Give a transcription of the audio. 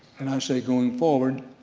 and i say, going forward,